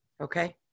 okay